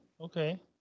okay